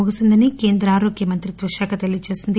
ముగిసిందని కేంద్ర ఆరోగ్య మంత్రిత్వ శాఖ తెలియజేసింది